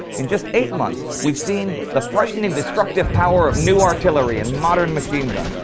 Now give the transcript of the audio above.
in just eight months we'd seen the frightening destructive power of new artillery and modern machine guns,